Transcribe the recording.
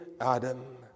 Adam